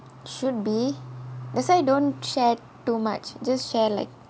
should be that's why don't share too much just share like